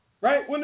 Right